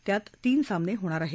त्यात तीन सामने होणार आहेत